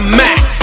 max